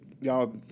y'all